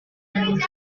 talking